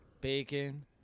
bacon